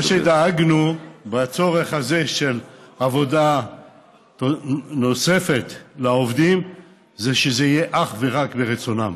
מה שדאגנו בצורך הזה של עבודה נוספת לעובדים זה שזה יהיה אך ורק לרצונם,